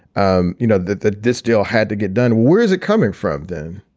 um you know, that that this deal had to get done. where's it coming from then?